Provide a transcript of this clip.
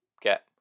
get